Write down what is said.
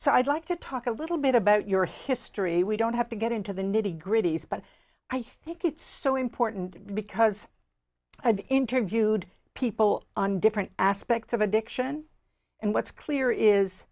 so i'd like to talk a little bit about your history we don't have to get into the nitty gritty but i think it's so important because i've interviewed people on different aspects of addiction and what's clear is